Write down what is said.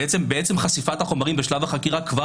בעצם חשיפת החומרים בשלב החקירה כבר